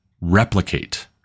replicate